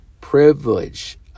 privilege